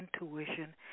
intuition